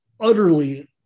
utterly